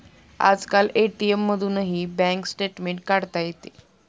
आजकाल ए.टी.एम मधूनही bank statement काढता येते